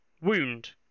wound